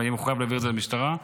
הוא מחויב להעביר את זה למשטרה.